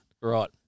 Right